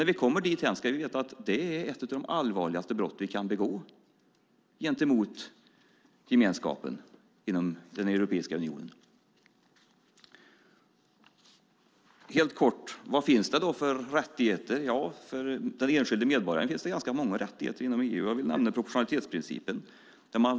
När vi kommer dithän ska vi veta att det är ett av de allvarligaste brotten vi kan begå gentemot gemenskapen i Europeiska unionen. Vilka rättigheter finns? För den enskilde medborgaren finns ganska många rättigheter inom EU. Jag vill nämna proportionalitetsprincipen.